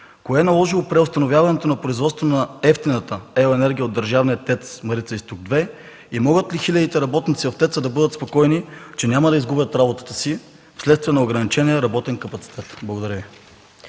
кое е наложило преустановяването на производството на евтината електроенергия от държавния ТЕЦ „Марица Изток 2”? И могат ли хилядите работници в ТЕЦ-а да бъдат спокойни, че няма да изгубят работата си вследствие на ограничения работен капацитет? Благодаря Ви.